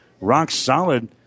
rock-solid